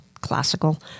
classical